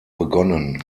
begonnen